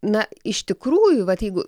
na iš tikrųjų vat jeigu